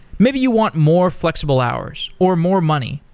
maybe you want more flexible hours, or more money,